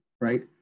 right